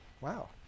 wow